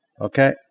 Okay